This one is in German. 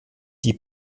die